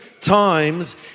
times